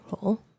role